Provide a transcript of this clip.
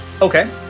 Okay